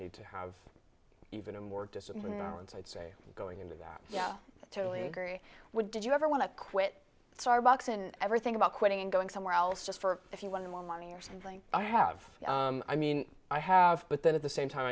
need to have even a more disciplined and so i'd say going into that yeah i totally agree with did you ever want to quit starbucks and ever think about quitting and going somewhere else just for if you wanted more money or something i have i mean i have but then at the same time